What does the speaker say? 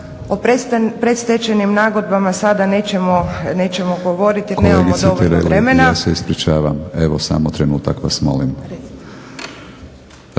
O predstečajnim nagodbama sada nećemo govoriti jer nemamo dovoljno vremena